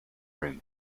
room